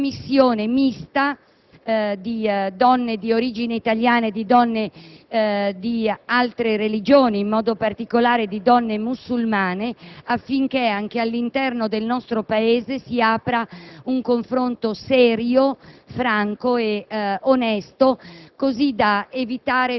che hanno proposto di costituire una commissione mista di donne di origine italiana e di donne di altre religioni (in modo particolare musulmane) affinché, anche all'interno del nostro Paese, si apra un confronto serio,